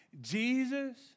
Jesus